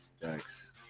Thanks